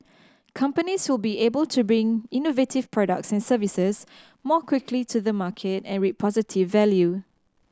companies will be able to bring innovative products and services more quickly to the market and reap positive value